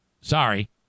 Sorry